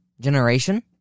generation